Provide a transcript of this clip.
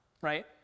right